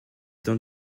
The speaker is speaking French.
dents